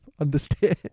understand